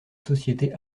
société